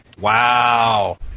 Wow